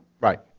Right